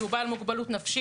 כי הוא בעל מוגבלות נפשית,